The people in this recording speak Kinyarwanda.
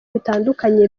bitandukanye